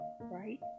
right